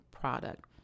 product